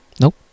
nope